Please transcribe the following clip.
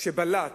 שבלט